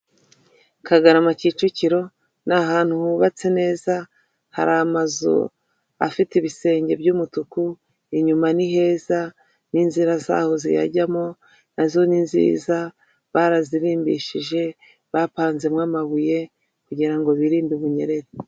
kagarama Kicukiro ni ahantu hubatse neza, hari amazu afite ibisenge by'umutuku, inyuma ni heza, n'inzira zaho ziyajyamo nazo ni nziza, barazirimbishije, bapanzemo amabuye, kugira ngo birinde ubunyereri.